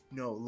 no